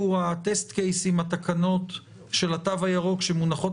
הטסט-קייס עם התקנות של התו הירוק שמונחות